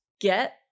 get